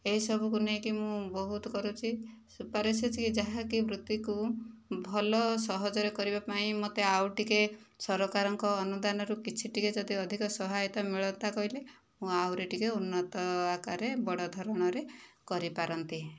ଏହି ସବୁକୁ ନେଇକି ମୁଁ ବହୁତ କରୁଛି ସୁପାରିଶ ଅଛିକି ଯାହାକି ବୃତ୍ତିକୁ ଭଲ ସହଜରେ କରିବା ପାଇଁ ମୋତେ ଆଉ ଟିକେ ସରକାରଙ୍କ ଅନୁଦାନରୁ କିଛି ଟିକେ ଯଦି ଅଧିକ ସହାୟତା ମିଳନ୍ତା କହିଲେ ମୁଁ ଆହୁରି ଟିକେ ଉନ୍ନତ ଆକାରରେ ବଡ଼ ଧରଣରେ କରିପାରନ୍ତି